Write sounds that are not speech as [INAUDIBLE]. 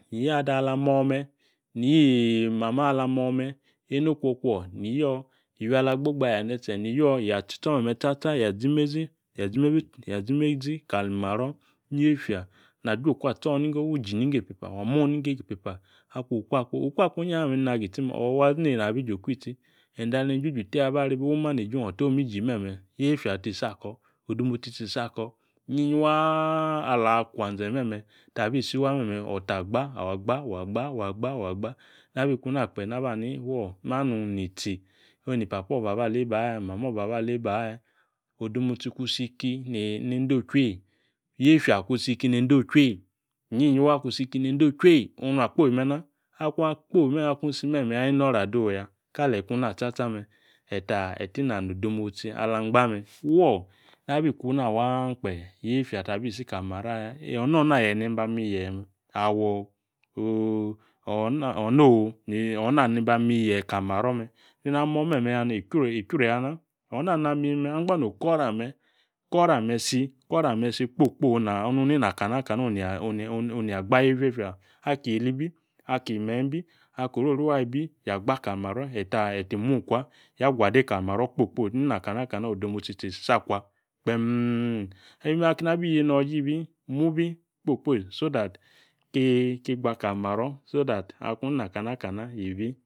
. Ni iyi ado̱ alamo̱ me̱ [HESITATION] ni iyi mamo ala mome̱ ene okwokwo ni iyi iywi ala gba̱gba aya ne̱tse̱ ni iyi ya tsitso me̱me̱ tsatsa ya zi imezi ya zimezi kali maro̱ niefya nla juoku atso ninggo wu iji ninggo epepa wa mung niggo ep epa akung oku akpo oku akpo inyaha ame̱ n nagi tsi me̱ wa zi neyi nabi iji jo oku itsi. Ende ali ni ju tee aba are me̱ wu manage ong o̱to imi ji me̱me̱ yiefya ti isi ako̱ odomotsi ti isi ako̱ inyiyi waa ala kwanze me̱me̱ tabi isi waaa me̱me̱ ota agba [UNINTELLIGIBLE] Na bi ku na kpe nani manung na tsi oni papo aba le ba aya ni mamo̱ baba le ba ayo ko odomotsi kung isi ki nendo chwi ee ki yiefya kung isi ki nendo chwi ee. Inyiyi waa kung isi ki nendo chwi ee ong nu akpo mena̱ Akung [HESITATION] isi me̱me̱ya inoro̱ adowu ya keleeyi kuna tsatsa me̱ eta ina no odomotsi ala angba me̱. Fuo abi kuna waa kpe yiefya tabi isi kali maro̱ aya. Onona yie̱e̱ neni ba mi yie̱e̱ me̱ [HESITATION] ona neni ba mi yee me̱ kena momeya ni ichru ya na o̱na nena ami me̱ angba no kora [HESITATION] isi kpo kpo akung inina kana kana ni gba yiefya. Aki yeela bi aki ime̱nyi ako orio waa bi ya kpa kali imaro eta mun kwa ade kali maro kpo kpo. Inina kana kana odemotsi ti isi akwa kpeem enime keni nabi iyi mibi kpo kpo so that ki gba kali maro̱ so that akung inina kana kana iyi.